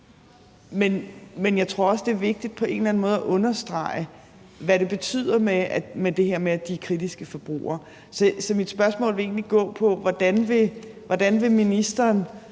Men jeg tror også, det på en eller anden måde er vigtigt at understrege, hvad det her med, at de er kritiske forbrugere, betyder. Så mit spørgsmål vil egentlig gå på, hvordan ministeren